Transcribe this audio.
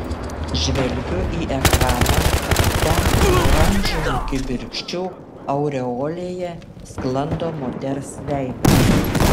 žvelgiu į ekraną ten oranžinių kibirkščių aureolėje sklando moters veidas